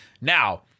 now